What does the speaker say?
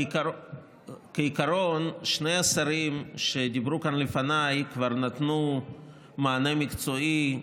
כעיקרון שני השרים שדיברו כאן לפניי כבר נתנו מענה מקצועי,